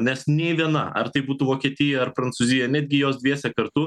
nes nei viena ar tai būtų vokietija ar prancūzija netgi jos dviese kartu